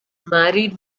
married